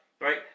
right